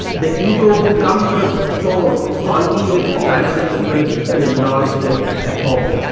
the ego who comes to the fore only with transcendental phenomenological epoche.